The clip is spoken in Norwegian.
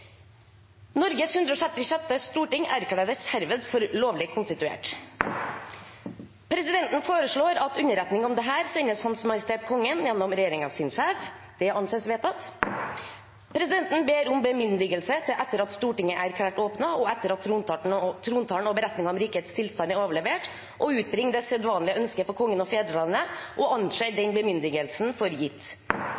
Norges 166. storting erklæres herved for lovlig konstituert. Presidenten foreslår at underretning om dette sendes Hans Majestet Kongen gjennom regjeringens sjef. – Det anses vedtatt. Presidenten ber om bemyndigelse til, etter at Stortinget er erklært åpnet, og etter at trontalen og beretningen om rikets tilstand er overlevert, å utbringe det sedvanlige ønsket for Kongen og fedrelandet – og